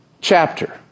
chapter